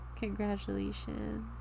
congratulations